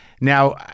Now